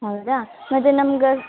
ಹೌದಾ ಮತ್ತೆ ನಮ್ಗೆ